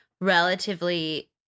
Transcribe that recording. relatively